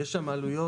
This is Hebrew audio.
יש שם עלויות